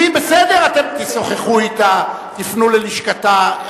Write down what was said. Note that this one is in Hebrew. היא, בסדר, אתם תשוחחו אתה, תפנו ללשכתה.